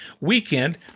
weekend